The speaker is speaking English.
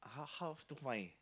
her house to mine